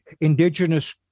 indigenous